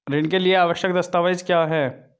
ऋण के लिए आवश्यक दस्तावेज क्या हैं?